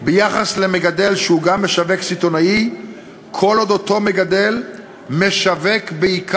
ובעצם המטרה שלה היא להחזיר את הכבוד האמיתי לניצולים ולניצולות מהשואה.